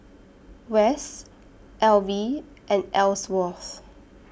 West Elvie and Elsworth